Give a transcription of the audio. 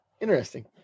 Interesting